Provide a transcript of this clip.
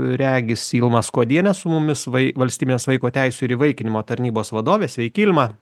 regis ilma skuodienė su mumis vai valstybinės vaiko teisių ir įvaikinimo tarnybos vadovė sveiki ilma